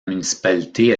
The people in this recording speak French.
municipalité